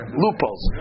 loopholes